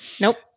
Nope